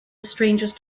strangest